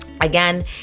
again